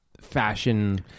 fashion